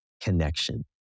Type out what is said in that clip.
connection